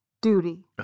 duty